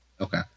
Okay